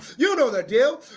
you know the deal